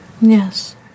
Yes